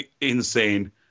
insane